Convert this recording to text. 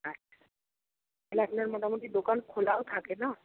আচ্ছা তাহলে আপনার মোটামুটি দোকান খোলাও থাকে না